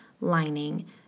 lining